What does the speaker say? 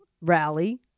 rally